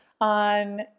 on